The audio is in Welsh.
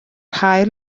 haul